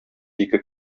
ике